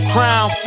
Crown